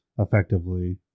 Effectively